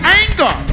anger